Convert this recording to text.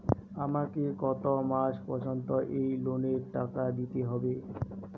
আমাকে কত মাস পর্যন্ত এই লোনের টাকা দিতে হবে?